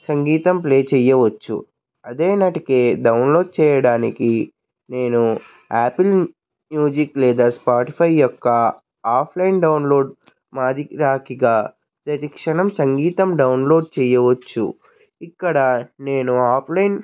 సంగీతం ప్లే చెయ్యవచ్చు అదే నాటికి డౌన్లోడ్ చేయడానికి నేను యాపిల్ మ్యూజిక్ లేదా స్పాటిఫై యొక్క ఆఫ్లైన్ డౌన్లోడ్ ప్రతిక్షణం సంగీతం డౌన్లోడ్ చెయ్యవచ్చు ఇక్కడ నేను ఆఫ్లైన్